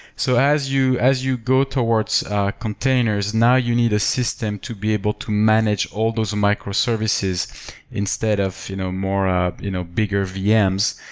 so as you as you go towards containers, now you need a system to be able to manage all those micro services instead of you know more ah you know bigger vm's,